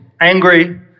angry